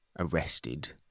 arrested